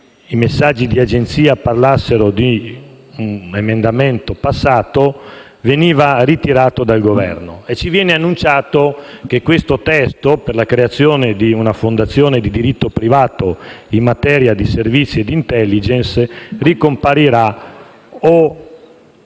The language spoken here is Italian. messaggi di agenzia parlassero di un emendamento approvato, veniva ritirato dal Governo e ci viene ora annunciato che questo testo, che prevede la creazione di una fondazione di diritto privato in materia di servizi di *intelligence*, ricomparirà o